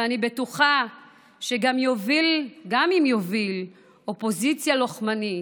ואני בטוחה שגם אם יוביל אופוזיציה לוחמנית,